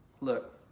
Look